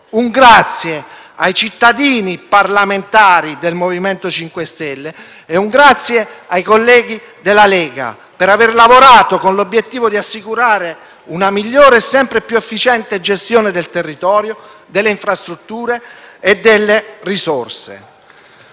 un grazie ai cittadini parlamentari del MoVimento 5 Stelle e un grazie ai colleghi della Lega per aver lavorato con l’obiettivo di assicurare una migliore e sempre più efficiente gestione del territorio, delle infrastrutture e delle risorse.